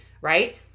right